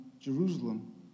Jerusalem